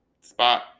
spot